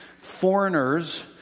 foreigners